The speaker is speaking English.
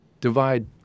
divide